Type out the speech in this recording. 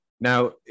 now